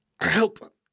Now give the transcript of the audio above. help